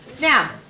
Now